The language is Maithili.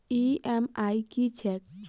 ई.एम.आई की छैक?